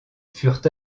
furent